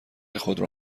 خودرو